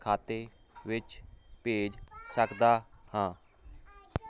ਖਾਤੇ ਵਿੱਚ ਭੇਜ ਸਕਦਾ ਹਾਂ